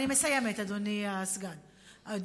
אני מסיימת אדוני היושב-ראש,